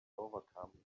overcome